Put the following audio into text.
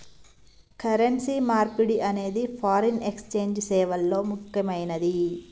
currency మార్పిడి అనేది foreign exchange సేవల్లో ముక్కెమైనది